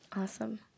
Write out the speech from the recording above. Awesome